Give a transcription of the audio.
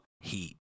Heat